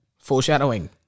Foreshadowing